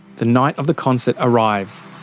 the night of the concert arrives.